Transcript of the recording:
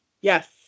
Yes